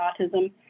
autism